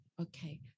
Okay